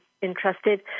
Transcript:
interested